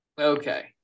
Okay